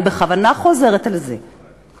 אני בכוונה חוזרת על זה,